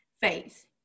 faith